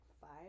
five